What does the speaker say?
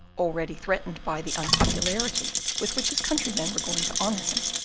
already threatened by the unpopularity with which his countrymen were going to honour him,